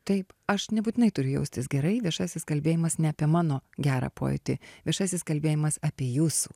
taip aš nebūtinai turiu jaustis gerai viešasis kalbėjimas ne apie mano gerą pojūtį viešasis kalbėjimas apie jūsų